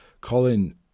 Colin